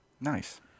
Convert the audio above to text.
Nice